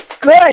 Good